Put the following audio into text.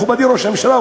מכובדי ראש הממשלה,